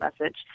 message